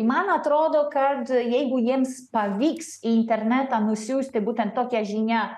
man atrodo kad jeigu jiems pavyks internetą nusiųsti būtent tokia žinia